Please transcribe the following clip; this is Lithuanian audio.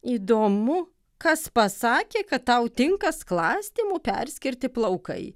įdomu kas pasakė kad tau tinka sklastymu perskirti plaukai